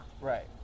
Right